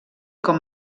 com